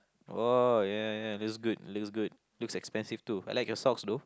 !whoa! ya ya looks good looks good looks expensive too I like your socks though